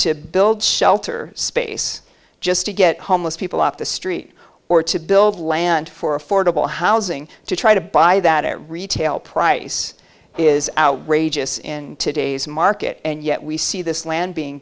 to build shelter space just to get homeless people off the street or to build land for affordable housing to try to buy that retail price is outrageous in today's market and yet we see this land being